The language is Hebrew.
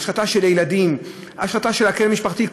השחתה של הילדים, השחתה של ההרכב המשפחתי.